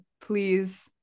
please